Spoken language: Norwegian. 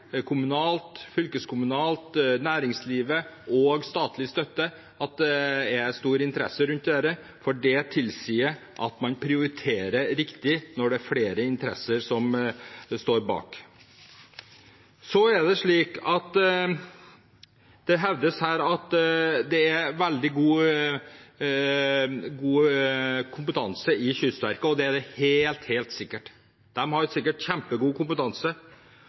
kommunalt, fylkeskommunalt, fra næringslivet og med statlig støtte når det er stor interesse for dette, for det tilsier at man prioriterer riktig når det er flere interesser som står bak. Det hevdes her at det er veldig god kompetanse i Kystverket. Det er det helt sikkert, de har sikkert kjempegod kompetanse.